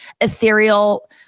ethereal